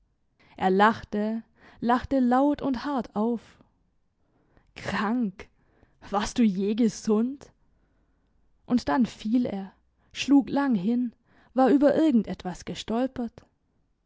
er lachte lachte laut und hart auf krank warst du je gesund und dann fiel er schlug lang hin war über irgend etwas gestolpert